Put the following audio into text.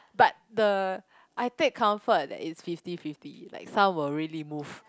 but the I take comfort that is fifty fifty like some will really move